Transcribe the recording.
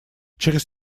через